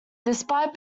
despite